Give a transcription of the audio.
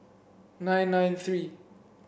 nine nine three